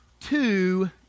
two